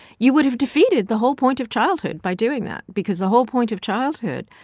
you would have defeated the whole point of childhood by doing that because the whole point of childhood,